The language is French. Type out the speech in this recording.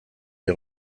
des